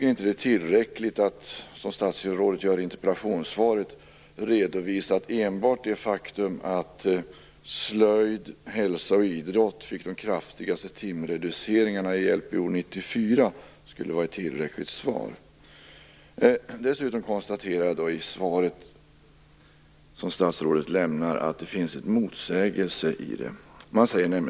Enbart det faktum att slöjd och hälsa och idrott fick den kraftigaste timreduceringen i Lpo 94 är inte tillräckligt, vilket statsrådet redovisar i interpellationssvaret. Dessutom konstaterar jag att det finns en motsägelse i det svar som statsrådet lämnade.